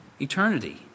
eternity